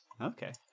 Okay